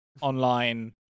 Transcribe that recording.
online